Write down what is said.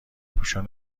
پوشان